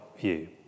view